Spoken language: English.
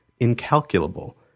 incalculable